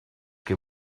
que